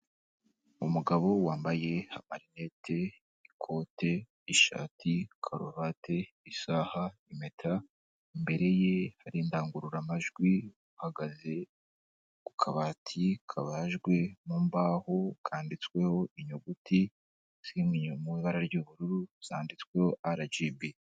Umugabo wambaye amarinete, ikote, ishati, karuvati, isaha, impeta, imbere ye hari indangururamajwi, ahagaze ku kabati kabajwe mu mbaho kandiditsweho inyuguti ziri mu ibara ry'ubururu zanditsweho RGB.